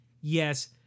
Yes